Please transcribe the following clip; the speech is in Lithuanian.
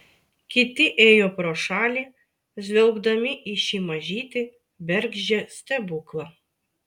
kiti ėjo pro šalį žvelgdami į šį mažytį bergždžią stebuklą